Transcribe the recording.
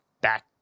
back